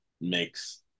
makes